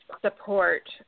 support